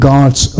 God's